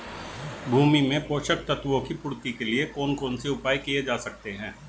भूमि में पोषक तत्वों की पूर्ति के लिए कौन कौन से उपाय किए जा सकते हैं?